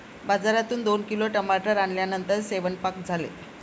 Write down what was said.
बाजारातून दोन किलो टमाटर आणल्यानंतर सेवन्पाक झाले